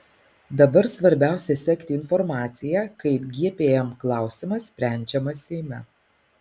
dabar svarbiausia sekti informaciją kaip gpm klausimas sprendžiamas seime